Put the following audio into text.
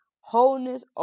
Wholeness